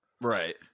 Right